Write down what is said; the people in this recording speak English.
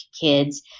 kids